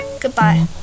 Goodbye